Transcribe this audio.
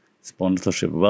sponsorship